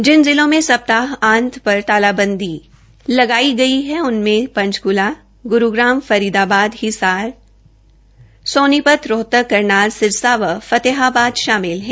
जिन जिलों में सप्ताह अंत पर तालबंदी लगाई गई है उनमें पंचकूला ग्रुग्राम फरीदाबाद हिसार सोनीपत रोहतक करनाल सिरसा व फतेहाबाद शामिल हैं